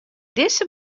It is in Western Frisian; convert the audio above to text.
dizze